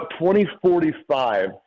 2045